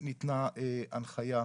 עיתונאי.